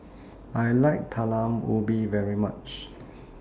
I like Talam Ubi very much